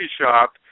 shop